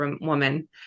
woman